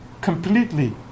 completely